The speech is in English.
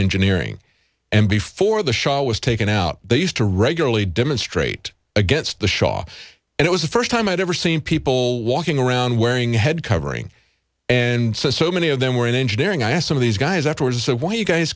engineering and before the shot was taken out they used to regularly demonstrate against the shaw and it was the first time i'd ever seen people walking around wearing head covering and so many of them were in engineering i asked some of these guys afterwards why you guys